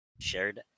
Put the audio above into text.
shared